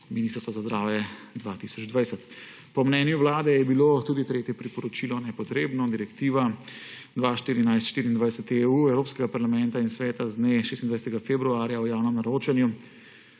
Ministrstva za zdravje 2020. Po mnenju Vlade je bilo tudi 3. priporočilo nepotrebno. Direktiva 2014/24/EU Evropskega parlamenta in Sveta z dne 26. februarja o javnem naročanju